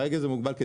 כרגע זה מוגבל.